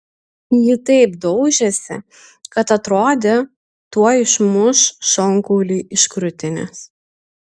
ji taip daužėsi kad atrodė tuoj išmuš šonkaulį iš krūtinės